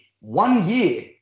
one-year